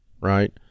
right